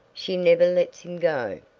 she never lets him go.